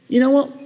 you know what?